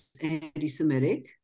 anti-Semitic